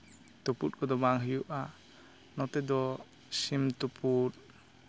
ᱛᱩᱯᱩᱫ ᱠᱚᱫᱚ ᱵᱟᱝ ᱦᱩᱭᱩᱜᱼᱟ ᱱᱚᱛᱮ ᱫᱚ ᱥᱤᱢ ᱛᱩᱯᱩᱜ